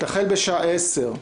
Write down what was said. בשעה 10:00,